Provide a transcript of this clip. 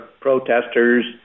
protesters